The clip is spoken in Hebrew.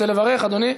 רוצה לברך, אדוני,